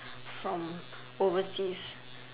from overseas